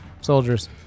soldiers